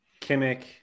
Kimmich